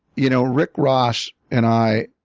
you know rick ross and i,